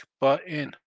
button